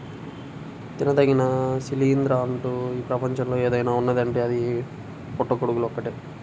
తినదగిన శిలీంద్రం అంటూ ఈ ప్రపంచంలో ఏదైనా ఉన్నదీ అంటే అది పుట్టగొడుగులు ఒక్కటే